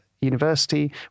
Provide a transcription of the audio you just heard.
university